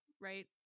right